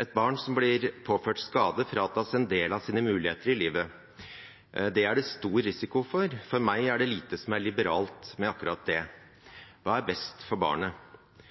Et barn som blir påført skade, fratas en del av sine muligheter i livet – det er det stor risiko for. For meg er det lite som er liberalt med akkurat det. Hva er best for barnet?